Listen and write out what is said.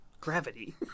gravity